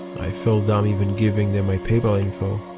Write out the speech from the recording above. i felt dumb even giving them my paypal info.